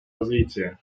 развитие